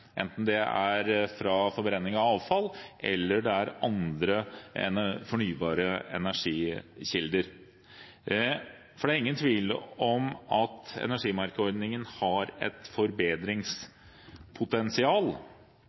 enten det er fra forbrenning av avfall eller det er andre fornybare energikilder. Det er ingen tvil om at energimerkeordningen har et forbedringspotensial.